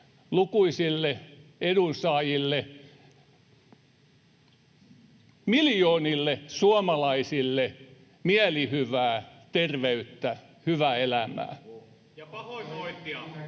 lukuisille edunsaajille, miljoonille suomalaisille mielihyvää, terveyttä, hyvää elämää.